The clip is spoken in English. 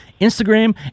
Instagram